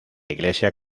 iglesia